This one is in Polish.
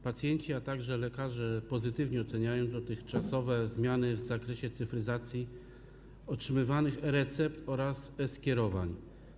Pacjenci, a także lekarze pozytywnie oceniają dotychczasowe zmiany w zakresie cyfryzacji otrzymywanych recept oraz e-skierowań.